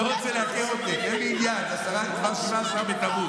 לא רוצה לעכב אותך, אין לי עניין, כבר 17 בתמוז.